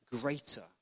greater